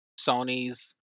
Sony's